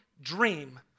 dream